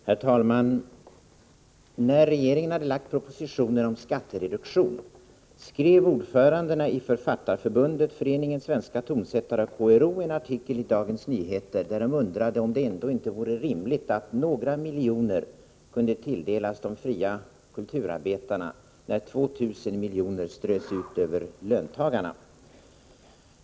Herr talman! Efter det att regeringen hade lagt fram propositionen om skattereduktion skrev ordförandena i Författarförbundet, Föreningen Svenska tonsättare och KRO en artikel i Dagens Nyheter, där de undrade om det ändå inte vore rimligt att några miljoner tilldelades de fria kulturarbetarna när 2 000 miljoner strös ut över löntagarna.